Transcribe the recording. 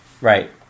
Right